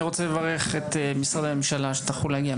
אני רוצה לברך את משרדי הממשלה שטרחו להגיע,